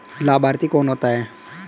लाभार्थी कौन होता है?